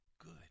Good